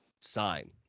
sign